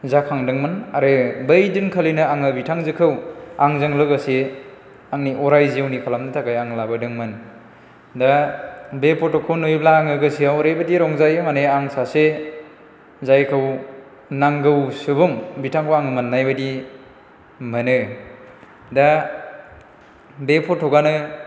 जाखांदोंमोन आरो बै दिनखालिनो आङो बिथांजोखौ आंजों लोगोसे आंनि अराय जिउनि खालामनो थाखाय आं लाबोदोंमोन दा बे फट'खौ नुयोब्ला आङो गोसोयाव ओरैबायदि रंजायो आं मानि सासे जायखौ नांगौ सुबुं बिथांखौ आं मोननाय बायदि मोनो दा बे फटकआनो